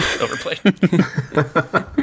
overplayed